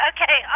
Okay